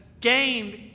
gained